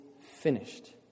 finished